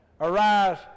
arise